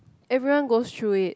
everyone goes through it